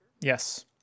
Yes